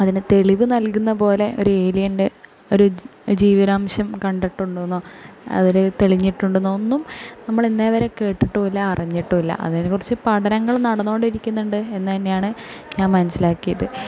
അതിന് തെളിവ് നല്കുന്ന പോലെ ഒരു ഏലിയൻ്റെ ഒരു ജീവിതംശം കണ്ടിട്ട് ഉണ്ടെന്നോ അതിൽ തെളിഞ്ഞിട്ടുണ്ടെന്നോ ഒന്നും നമ്മൾ ഇന്നേവരെ കേട്ടിട്ടുമില്ല അറിഞ്ഞിട്ടുമില്ല അതിനെക്കുറിച്ച് പഠനങ്ങൾ നടന്നോണ്ടിരിക്കുന്നുണ്ട് എന്ന് തന്നെയാണ് ഞാൻ മനസ്സിലാക്കിയത്